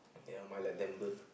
never mind let them burn